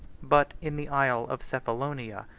but, in the isle of cephalonia,